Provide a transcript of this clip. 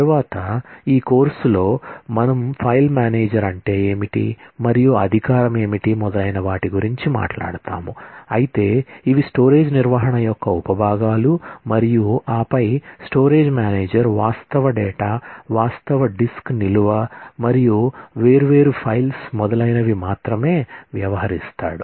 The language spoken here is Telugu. తరువాత ఈ కోర్సులో మనం ఫైల్ మేనేజర్ వాస్తవ డేటా వాస్తవ డిస్క్ నిల్వ మరియు వేర్వేరు ఫైల్స్ మొదలైనవి మాత్రమే వ్యవహరిస్తాడు